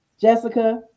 Jessica